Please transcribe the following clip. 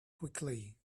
quickly